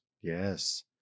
Yes